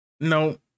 no